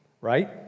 right